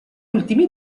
ultimi